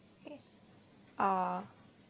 ah